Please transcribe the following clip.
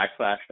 backslash